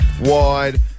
wide